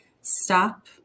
stop